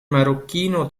marocchino